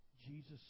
Jesus